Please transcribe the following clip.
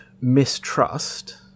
mistrust